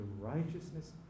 righteousness